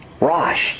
Rosh